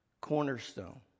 cornerstone